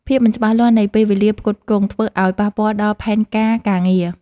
ភាពមិនច្បាស់លាស់នៃពេលវេលាផ្គត់ផ្គង់ម្ហូប ធ្វើឱ្យប៉ះពាល់ដល់ផែនការការងារ។